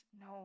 no